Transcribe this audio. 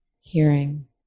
hearing